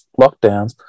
lockdowns